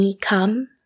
come